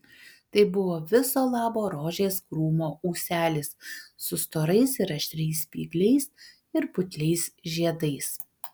tai buvo viso labo rožės krūmo ūselis su storais ir aštrias spygliais ir putliais žiedais